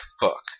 book